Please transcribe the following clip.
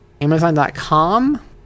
Amazon.com